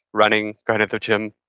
running, going to the gym.